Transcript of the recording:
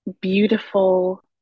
beautiful